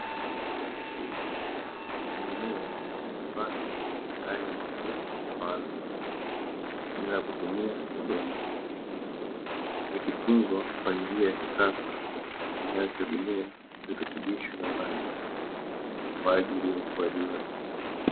Mimea inapandwa ndani ya makopo maalumu bila kutumia udongo, ikitunzwa kwa njia ya kisasa inayotegemea virutubisho na maji kwa ajili ya ukuaji wake.